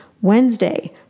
Wednesday